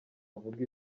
avuge